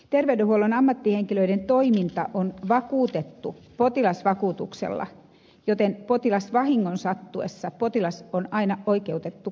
terveydenhuollon ammattihenkilöiden toiminta on vakuutettu potilasvakuutuksella joten potilasvahingon sattuessa potilas on aina oikeutettu korvauksiin